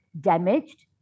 damaged